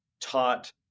taught